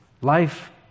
Life